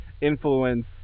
influence